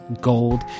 gold